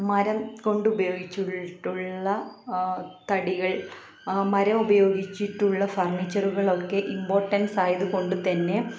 മരം കൊണ്ടുപയോഗിച്ചിട്ടുള്ള തടികൾ മരം ഉപയോഗിച്ചിട്ടുള്ള ഫർണിച്ചറുകളൊക്കെ ഇമ്പോർട്ടൻസ് ആയതുകൊണ്ടുതന്നെ